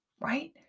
right